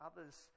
others